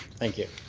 thank you.